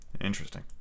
Interesting